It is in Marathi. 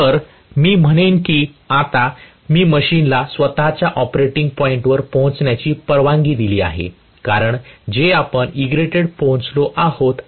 तर मी म्हणेन की आता मी मशीनला स्वतःच्या ऑपरेटिंग पॉईंटवर पोहोचण्याची परवानगी दिली आहे कारण जे आपण Egrated पोहोचलो आहोत